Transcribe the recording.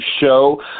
show